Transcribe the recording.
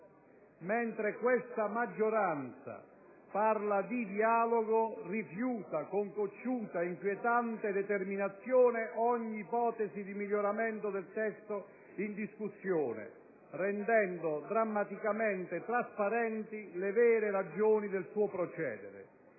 Mentre questa maggioranza parla di dialogo, rifiuta con cocciuta ed inquietante determinazione ogni ipotesi di miglioramento del testo in discussione, rendendo drammaticamente trasparenti le vere ragioni del suo procedere.